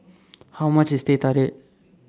How much IS Teh Tarik